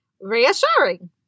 reassuring